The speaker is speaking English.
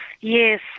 Yes